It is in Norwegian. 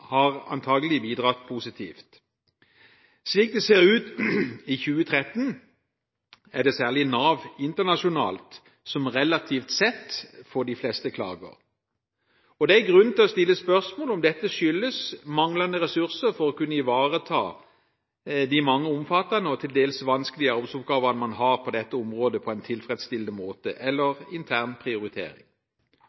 har antakelig bidratt positivt. Slik det ser ut i 2013, er det særlig Nav Internasjonalt som relativt sett får de fleste klagene. Det er grunn til å stille spørsmål ved om dette skyldes manglende ressurser for å kunne ivareta de mange omfattende og til dels vanskelige arbeidsoppgavene man har på dette området, på en tilfredsstillende måte, eller